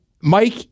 Mike